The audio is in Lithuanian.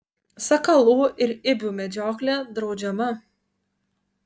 sakalų ir ibių medžioklė draudžiama